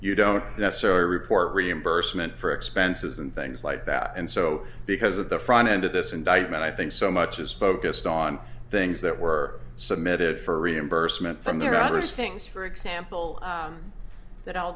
you don't necessarily report reimbursement for expenses and things like that and so because of the front end of this indictment i think so much is focused on things that were submitted for reimbursement from there are other things for example that i'll